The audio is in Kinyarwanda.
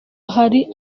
hari